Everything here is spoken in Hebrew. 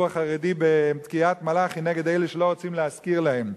החרדי בקריית-מלאכי נגד אלה שלא רוצים להשכיר להם,